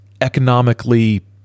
Economically